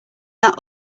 that